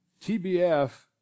TBF